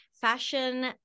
fashion